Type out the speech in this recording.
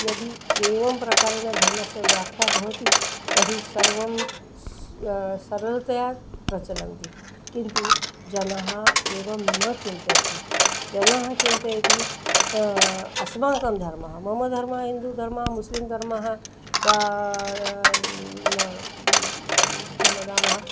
यदि एवं प्रकारेण धर्मस्य व्याख्या भवति तर्हि सर्वं स् सरलतया प्रचलन्ति किन्तु जनः एवं न चिन्तयति जनः चिन्तयति अस्माकं धर्मः मम धर्म हिन्दुधर्मः मुस्लिम् धर्मः वा म किं वदामः